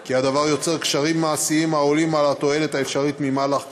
כי הדבר יוצר קשיים מעשיים העולים על התועלת האפשרית ממהלך כזה.